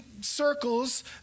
circles